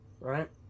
right